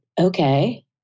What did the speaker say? okay